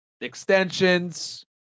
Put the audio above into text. extensions